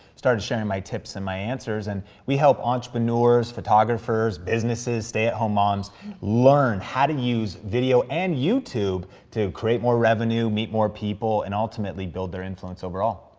started sharing my tips and my answers, and we help entrepreneurs, photographers, businesses, stay at home moms learn how to use video and youtube to create more revenue, meet more people, and ultimately build their influence overall.